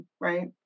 right